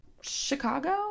Chicago